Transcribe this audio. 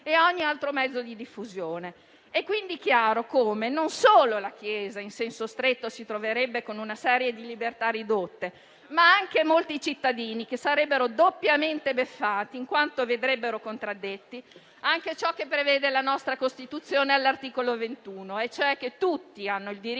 È quindi chiaro come non solo la Chiesa in senso stretto si troverebbe con una serie di libertà ridotte, ma anche molti cittadini sarebbero doppiamente vessati, in quanto vedrebbero contraddetto anche ciò che prevede la nostra Costituzione all'articolo 21, cioè che tutti hanno il diritto di manifestare